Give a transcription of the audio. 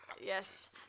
Yes